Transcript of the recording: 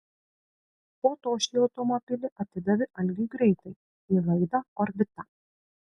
po to šį automobilį atidavė algiui greitai į laidą orbita